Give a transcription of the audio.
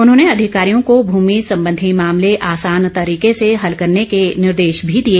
उन्होंने अधिकारियों को मूमि संबधी मामले आसान तरीके से हल करने के निर्देश भी दिए